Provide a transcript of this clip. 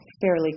fairly